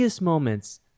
moments